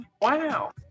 Wow